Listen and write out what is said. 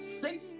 six